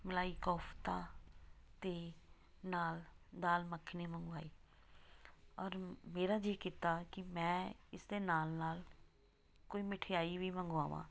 ਮਲਾਈ ਕੋਫਤਾ ਅਤੇ ਨਾਲ ਦਾਲ ਮਖਣੀ ਮੰਗਵਾਈ ਔਰ ਮੇਰਾ ਜੀ ਕੀਤਾ ਕਿ ਮੈਂ ਇਸਦੇ ਨਾਲ ਨਾਲ ਕੋਈ ਮਿਠਿਆਈ ਵੀ ਮੰਗਵਾਵਾਂ